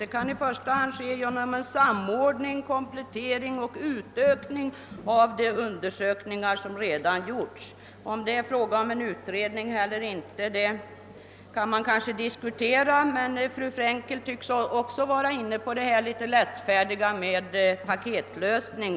Det kan i första hand ske genom en samordning, komplettering och utökning av de undersökningar som redan gjorts.» Om det är fråga om en utredning eller inte kan man kanske diskutera, men fru Frenkel tycks också vara inne på detta litet lättvindiga tal om en paketlösning.